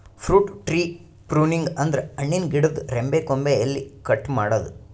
fruit tree pruning ಅಂದ್ರ ಹಣ್ಣಿನ್ ಗಿಡದ್ ರೆಂಬೆ ಕೊಂಬೆ ಎಲಿ ಕಟ್ ಮಾಡದ್ದ್